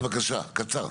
כן, בבקשה, קצר.